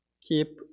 keep